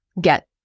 get